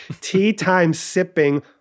tea-time-sipping